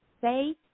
say